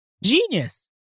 genius